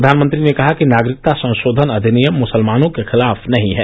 प्रधानमंत्री ने कहा कि नागरिकता संशोधन अधिनियम मुसलमानों के खिलाफ नहीं है